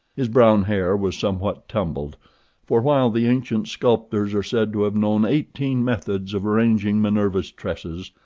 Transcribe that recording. his brown hair was somewhat tumbled for, while the ancient sculptors are said to have known eighteen methods of arranging minerva's tresses,